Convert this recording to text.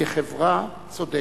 כחברה צודקת.